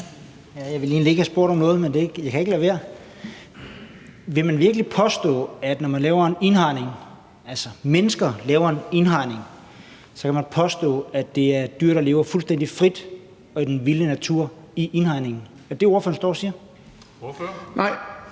Jeg ville egentlig ikke have spurgt om noget, men jeg kan ikke lade være. Vil man virkelig påstå, at når mennesker indhegner dyr, er dyrene i indhegningen dyr, der lever fuldstændig frit og i den vilde natur? Er det det, ordføreren står og siger? Kl.